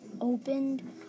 opened